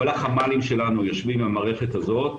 כל החמ"לים שלנו יושבים עם המערכת הזאת,